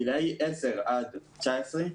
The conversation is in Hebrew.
גילאי 10 עד 19,